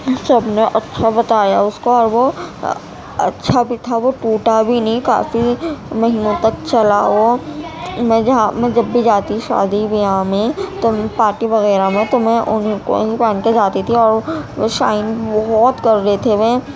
سب نے اچھا بتایا اس کا اور وہ اچھا بھی تھا وہ ٹوٹا بھی نہیں کافی مہینوں تک چلا وہ میں جہاں میں جب بھی جاتی شادی بیاہ میں تو پارٹی وغیرہ میں تو ان ان کو پہن کے جاتی تھی اور وہ شائن بہت کر رہے تھے وہ